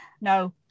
no